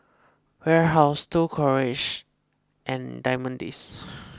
Warehouse Cold Storage and Diamond Days